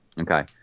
Okay